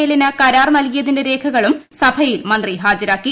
എല്ലിന് കരാർ നിൽകിയതിന്റെ രേഖകളും സഭയിൽ മന്ത്രി ഹാജരാക്കി